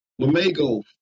Lamego